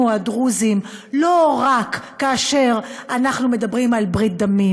הדרוזים לא רק כאשר אנחנו מדברים על ברית דמים,